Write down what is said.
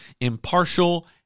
impartial